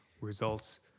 results